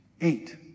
Eight